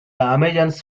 amazons